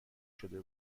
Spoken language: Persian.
شده